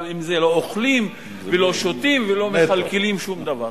גם אם לא אוכלים ולא שותים ולא מכלכלים שום דבר.